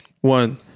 One